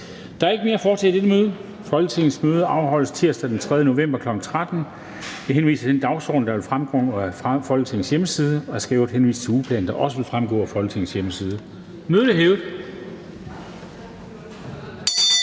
Der er ikke mere at foretage i dette møde. Folketingets næste møde afholdes tirsdag den 3. november 2020, kl. 13.00. Jeg henviser til den dagsorden, der vil fremgå af Folketingets hjemmeside. Jeg skal i øvrigt henvise til ugeplanen, der også vil fremgå af Folketingets hjemmeside. Mødet er hævet.